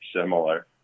similar